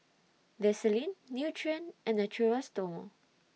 Vaselin Nutren and Natura Stoma